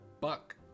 buck